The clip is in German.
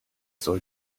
soll